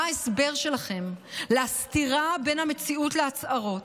מה ההסבר שלכם לסתירה בין המציאות להצהרות?